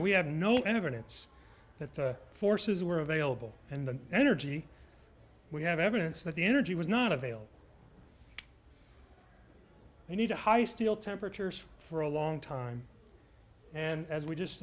we have no evidence that the forces were available and the energy we have evidence that the energy was not avail you need a high steel temperatures for a long time and as we just